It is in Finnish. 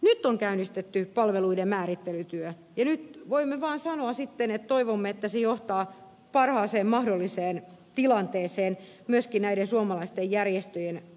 nyt on käynnistetty palveluiden määrittelytyö ja nyt voimme vaan sanoa sitten että toivomme että se johtaa parhaaseen mahdolliseen tilanteeseen myöskin näiden suomalaisten järjestöjen työllistämisen osalta